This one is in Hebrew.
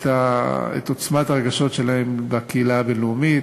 עוצמת הרגשות שלהן בקהילה הבין-לאומית.